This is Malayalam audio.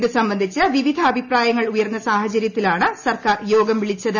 ഇത് സംബന്ധിച്ച് വിവിധ അഭിപ്രായങ്ങൾ ഉയർന്നു സ്കാർഹ്ചര്യത്തിലാണ് സർക്കാർ യോഗം വിളിച്ചത്